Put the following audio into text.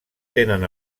tenen